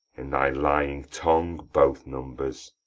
in thy lying tongue both numbers,